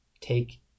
take